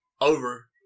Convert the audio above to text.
over